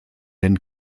den